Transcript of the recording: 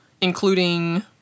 including